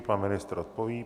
Pan ministr odpoví.